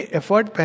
effort